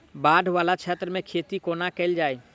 बाढ़ वला क्षेत्र मे खेती कोना कैल जाय?